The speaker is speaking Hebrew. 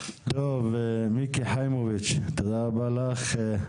מיקי חיימוביץ', תודה רבה לך.